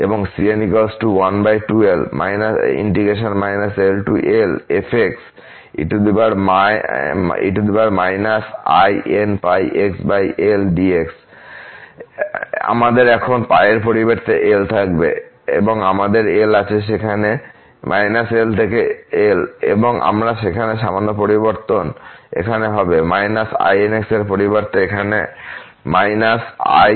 এবং আমাদের এখন π এর পরিবর্তে L থাকবে আমাদের L আছে সেখানে −L থেকে L এবং আবার সেখানে সামান্য পরিবর্তন এখানে হবে inx এর পরিবর্তে আমাদের আছে -inπxL